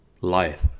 life